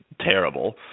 terrible